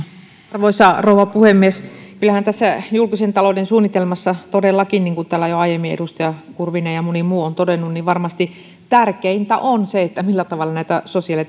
arvoisa rouva puhemies kyllähän tässä julkisen talouden suunnitelmassa todellakin niin kuin täällä jo aiemmin edustaja kurvinen ja moni muu on todennut varmasti tärkeintä on se millä tavalla tätä sosiaali